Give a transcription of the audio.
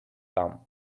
come